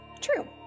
True